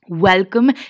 Welcome